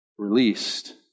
released